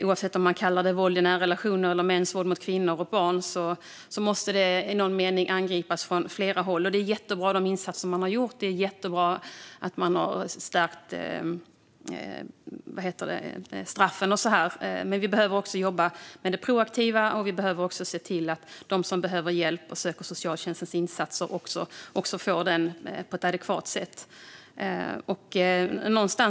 Oavsett om man kallar det våld i nära relationer eller mäns våld mot kvinnor och barn måste det angripas från flera håll. De insatser man har gjort är jättebra, och det är jättebra att man har skärpt straffen. Vi behöver dock också jobba med det proaktiva, och vi behöver se till att de som behöver hjälp och som söker socialtjänstens insatser får denna hjälp på ett adekvat sätt.